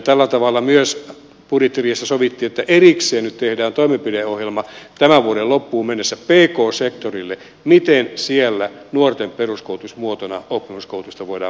tällä tavalla myös budjettiriihessä sovittiin että erikseen nyt tehdään toimenpideohjelma tämän vuoden loppuun mennessä pk sektorille siitä miten siellä oppisopimuskoulutusta nuorten peruskoulutusmuotona voidaan parantaa